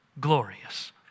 glorious